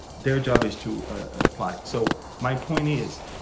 their job is to apply, so my point is,